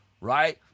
right